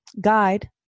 guide